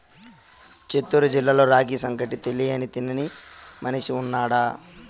చిత్తూరు జిల్లాలో రాగి సంగటి తెలియని తినని మనిషి ఉన్నాడా